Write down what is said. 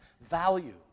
value